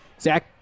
Zach